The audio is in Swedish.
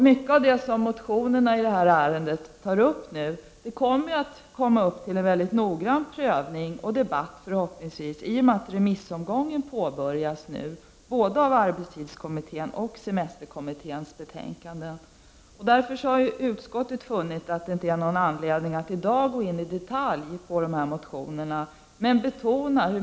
Mycket av det som berörs i motionerna i detta ärende kommer nu upp till en noggrann prövning och debatt förhoppningsvis i och med att remissomgången påbörjas under hösten beträffande såväl arbetslivskommitténs som semesterkommitténs betänkanden. Det finns därför ingen anledning för utskottet att i dag gå in i detalj på arbetstidsfrågorna.